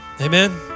Amen